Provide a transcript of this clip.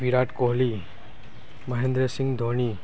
Virat Kohli Mahendrasingh Dhoni